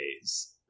days